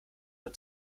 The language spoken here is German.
nur